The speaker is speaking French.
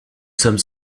sommes